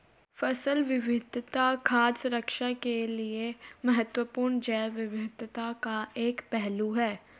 फसल विविधता खाद्य सुरक्षा के लिए महत्वपूर्ण जैव विविधता का एक पहलू है